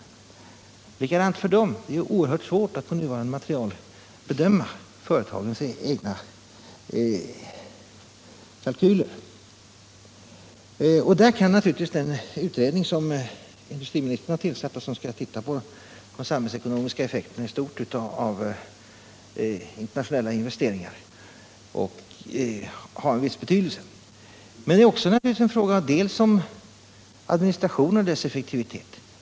Det är likadant för dem — det är oerhört svårt att på nuvarande material bedöma företagens egna kalkyler. Där kan naturligtvis den utredning som industriministern har tillsatt och som skall titta på de samhällsekonomiska effekterna i stort av internationella investeringar ha en viss betydelse. Men detta berör naturligtvis också administrationen och dess effektivitet.